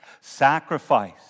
Sacrifice